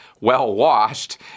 well-washed